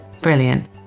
brilliant